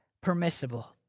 permissible